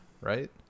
right